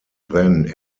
then